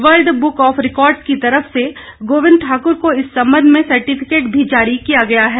world book of records की तरफ से गोबिंद ठाकुर को इस संबंध में सर्टिफिकेट भी जारी किया गया है